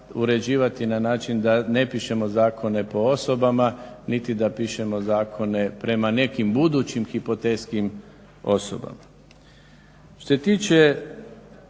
uređivati na način da ne pišemo zakone po osobama, niti da pišemo zakone prema nekim budućim hipotetskim osobama. Što se tiče